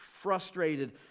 frustrated